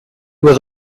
was